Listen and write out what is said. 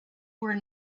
were